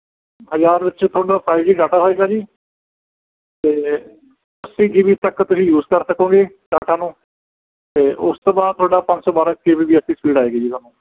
ਹਜ਼ਾਰ ਵਿੱਚ ਤੁਹਾਨੂੰ ਫਾਈਵ ਜੀ ਡਾਟਾ ਹੋਵੇਗਾ ਜੀ ਅਤੇ ਅੱਸੀ ਜੀ ਬੀ ਤੱਕ ਤੁਸੀਂ ਯੂਜ਼ ਕਰ ਸਕੋਗੇ ਡਾਟਾ ਨੂੰ ਅਤੇ ਉਸ ਤੋਂ ਬਾਅਦ ਤੁਹਾਡਾ ਪੰਜ ਸੌ ਬਾਰਾਂ K B P S speed ਆਵੇਗੀ ਜੀ ਤੁਹਾਨੂੰ